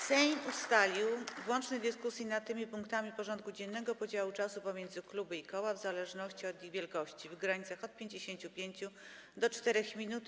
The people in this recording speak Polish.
Sejm ustalił w łącznej dyskusji nad tymi punktami porządku dziennego podział czasu pomiędzy kluby i koła, w zależności od ich wielkości, w granicach od 55 do 4 minut.